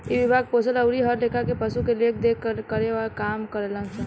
इ विभाग पोसल अउरी हर लेखा के पशु के देख रेख के काम करेलन सन